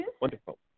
Wonderful